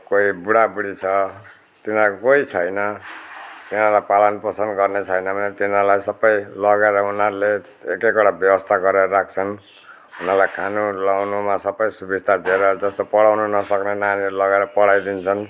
कोई बुढा बुढी छ तिनीहरूको कोही छैन तिनीहरूलाई पालन पोषण गर्ने छैन भने तिनीहरूलाई सबै लगेर उनीहरूले एक एकवटा व्यवस्था गरेर राख्छन् उनीहरूलाई खानु लाउनुमा सबै सुविस्ता दिएर जस्तो पढाउनु नसक्ने नानीलाई लगेर पढाइदिन्छन्